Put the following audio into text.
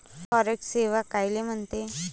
Forex सेवा कायले म्हनते?